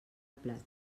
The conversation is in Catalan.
plat